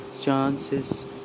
Chances